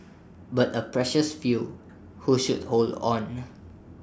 but A precious few who should hold on